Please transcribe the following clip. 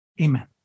Amen